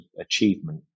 achievement